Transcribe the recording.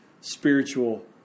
spiritual